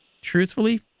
truthfully